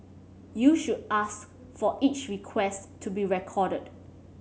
you should ask for each request to be recorded